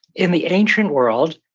in the ancient world,